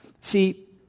See